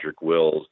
Wills